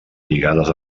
lligades